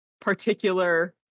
particular